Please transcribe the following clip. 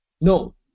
No